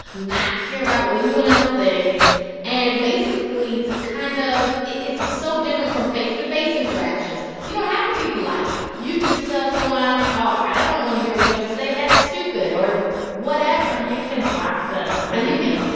not care about what anyone else thinks and basically to kind of it's it's so different from face-to-face interactions. you don't have to be polite. you can just tell someone, oh, i don't want to hear what you have to say that's stupid or whatever and you can block them. and you can.